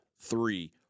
three